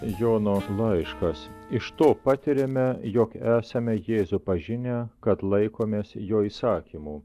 jono laiškas iš to patiriame jog esame jėzų pažinę kad laikomės jo įsakymų